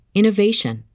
innovation